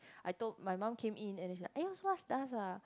I told my mum came in and she's like !aiyo! so much dust ah